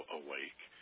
awake